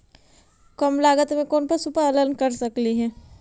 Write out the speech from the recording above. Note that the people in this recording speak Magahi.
कम लागत में कौन पशुपालन कर सकली हे?